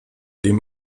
dem